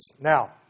Now